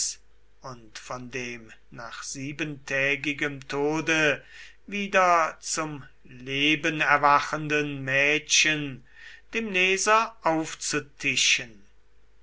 und von dem nach siebentägigem tode wieder zum leben erwachenden mädchen dem leser